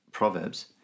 Proverbs